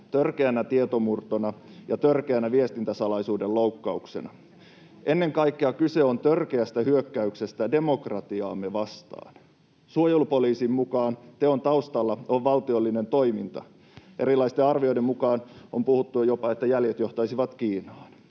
törkeänä tietomurtona ja törkeänä viestintäsalaisuuden loukkauksena. Ennen kaikkea kyse on törkeästä hyökkäyksestä demokratiaamme vastaan. Suojelupoliisin mukaan teon taustalla on valtiollinen toiminta. Erilaisten arvioiden mukaan on puhuttu jopa, että jäljet johtaisivat Kiinaan.